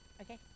okay